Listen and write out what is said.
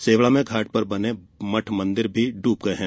सेवड़ा में घाट पर बने मठ मंदिर डूब गये हैं